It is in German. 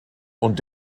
und